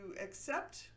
accept